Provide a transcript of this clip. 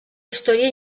història